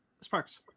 Sparks